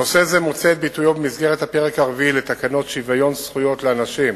נושא זה מוצא את ביטויו במסגרת הפרק הרביעי לתקנות שוויון זכויות לאנשים